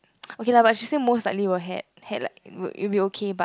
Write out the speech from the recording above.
okay lah but she say most likely were had had like it it will okay but